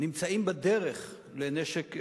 נמצאים בדרך לנשק גרעיני.